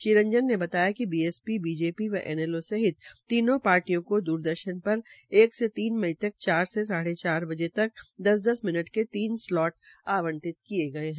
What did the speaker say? श्रीरंजन ने बताया कि बीएसपी बीजेपी और इनैलो सहित तीन पार्टियों को दूरदर्शन पर एक से तीन मई तक चार से साढे चार बजे तक दस दस मिनट के तीन स्लोट आवंटित किये गये है